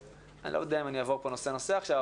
אני לא יודע אם אני אעבור פה נושא נושא עכשיו,